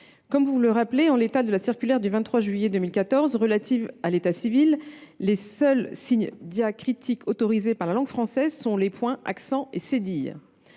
Comme vous le rappelez, en l’état de la circulaire du 23 juillet 2014 relative à l’état civil, les seuls signes diacritiques autorisés dans la langue française sont les points, trémas, accents et cédilles.